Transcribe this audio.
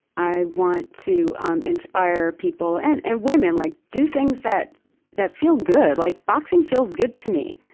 i want to um inspire people, and and women, like, do things that that feel good. like boxing feels good to me.